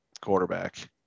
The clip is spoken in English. quarterback